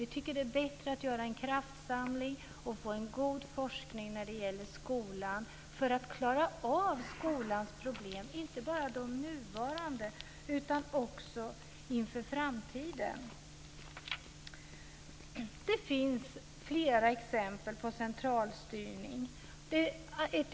Vi tycker att det är bättre att göra en kraftsamling och få en god forskning när det gäller skolan för att klara av skolans problem, inte bara de nuvarande utan också inför framtiden. Det finns flera exempel på centralstyrning.